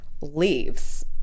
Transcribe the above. leaves